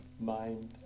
mind